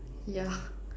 yeah